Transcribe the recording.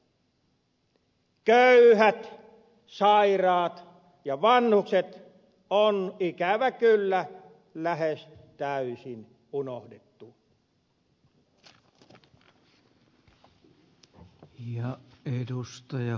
köyhät sairaat ja vanhukset on ikävä kyllä lähes täysin unohdettu